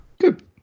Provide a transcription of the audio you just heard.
Good